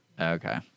Okay